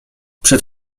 przed